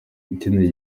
ikindi